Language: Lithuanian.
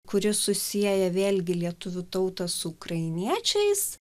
kuri susieja vėlgi lietuvių tautą su ukrainiečiais